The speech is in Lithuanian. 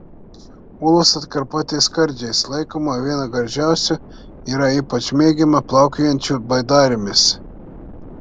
ūlos atkarpa ties skardžiais laikoma viena gražiausių yra ypač mėgiama plaukiojančių baidarėmis